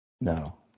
No